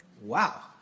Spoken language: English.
Wow